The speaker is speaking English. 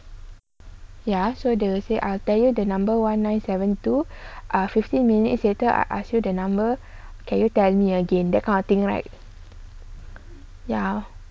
ya so they will say I wil tell you the number one nine seven two ah fifteen minutes later I I fill the number and tell me again then writing again right ya